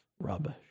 rubbish